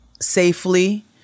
safely